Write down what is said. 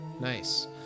Nice